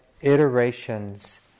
iterations